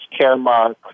Caremark